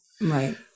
Right